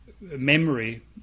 memory